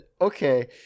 okay